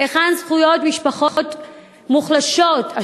היכן זכויות משפחות מוחלשות,